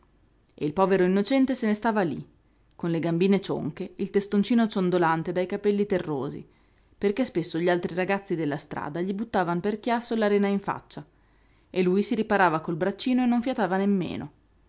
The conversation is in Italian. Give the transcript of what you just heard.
il povero innocente se ne stava lí con le gambine cionche il testoncino ciondolante dai capelli terrosi perché spesso gli altri ragazzi della strada gli buttavan per chiasso la rena in faccia e lui si riparava col braccino e non fiatava nemmeno